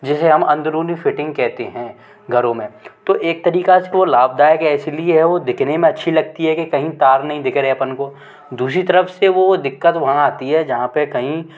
जिसे हम अंधरूनी फ़िटिंग कहते हैं घरों में तो एक तरीक़े से वो लाभदायक है इस लिए है वो दिखने में अच्छी लगती है कि कहीं तार नहीं दिख रहे अपन को दूसरी तरफ़ से वो दिक्कत वहाँ आती है जहाँ पर कहीं